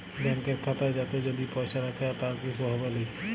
ব্যাংকের খাতা যাতে যদি পয়সা রাখে তার কিসু হবেলি